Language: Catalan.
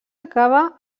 acaba